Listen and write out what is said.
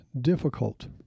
difficult